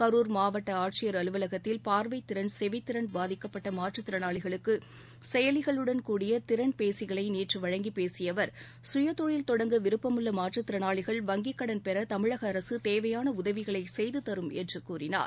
கரூர் மாவட்ட ஆட்சியர் அலுவலகத்தில் பார்வைத்திறன் செவித் திறன் பாதிக்கப்பட்ட மாற்றுத் திறனாளிகளுக்கு செயலிகளுடன் கூடிய திறன் பேசிகளை நேற்று வழங்கிப் பேசிய அவர் சுயதொழில் தொடங்க விருப்பமுள்ள மாற்றுத் திறனாளிகள் வங்கிக் கடன் பெற தமிழக அரசு தேவையான உதவிகளை செய்து தரும் என்று கூறினார்